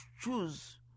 choose